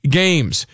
games